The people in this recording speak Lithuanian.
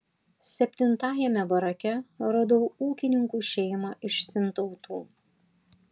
septintajame barake radau ūkininkų šeimą iš sintautų